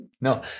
No